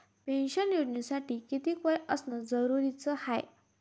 Pension योजनेसाठी कितीक वय असनं जरुरीच हाय?